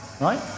right